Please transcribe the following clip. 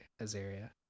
Azaria